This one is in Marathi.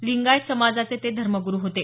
लिंगायत समाजाचे ते धर्मगुरु होते